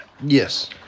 Yes